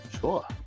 sure